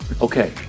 Okay